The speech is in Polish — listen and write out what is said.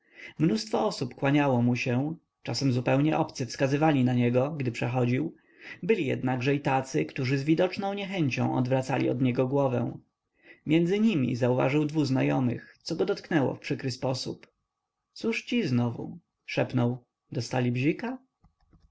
mnóstwo osób kłaniało mu się czasem zupełnie obcy wskazywali na niego gdy przechodził byli jednakże i tacy którzy z widoczną niechęcią odwracali od niego głowę między nimi zauważył dwu znajomych co go dotknęło w przykry sposób cóż ci znowu szepnął dostali bzika